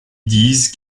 disent